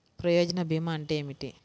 ప్రయోజన భీమా అంటే ఏమిటి?